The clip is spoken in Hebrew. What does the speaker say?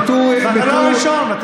ואתה לא הראשון.